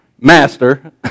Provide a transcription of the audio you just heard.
Master